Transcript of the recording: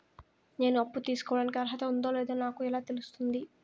నేను అప్పు తీసుకోడానికి అర్హత ఉందో లేదో నాకు ఎలా తెలుస్తుంది?